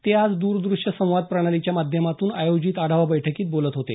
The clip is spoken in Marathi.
ते आज दरदृष्य संवाद प्रणालीच्या माध्यमातून आयोजित आढावा बैठकीत बोलत होते